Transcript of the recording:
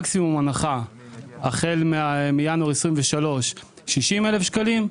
מקסימום הנחה החל מינואר 2023, 60 אלף שקלים.